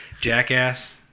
Jackass